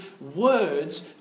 words